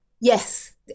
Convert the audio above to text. Yes